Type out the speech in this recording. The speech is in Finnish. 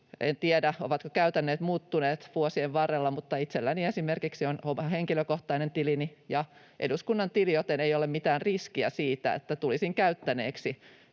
En tiedä, ovatko käytänteet muuttuneet vuosien varrella, mutta itselläni esimerkiksi on oma henkilökohtainen tilini ja eduskunnan tili, joten ei ole mitään riskiä siitä, että tulisin käyttäneeksi